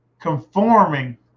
Conforming